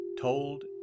told